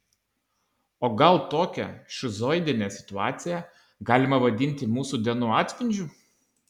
o gal tokią šizoidinę situaciją galima vadinti mūsų dienų atspindžiu